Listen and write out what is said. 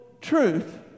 truth